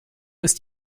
ist